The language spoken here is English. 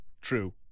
true